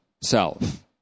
self